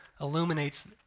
illuminates